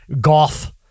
golf